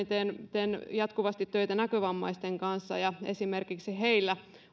teen teen jatkuvasti töitä näkövammaisten kanssa esimerkiksi heillä